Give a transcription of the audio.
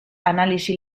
analisi